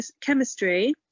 chemistry